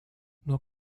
nur